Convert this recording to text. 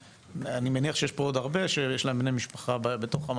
אני מניח שיש פה עוד הרבה שיש להם בני משפחה במערכת,